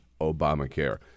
Obamacare